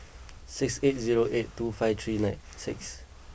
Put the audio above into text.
six eight zero eight two five three nine six